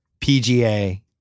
PGA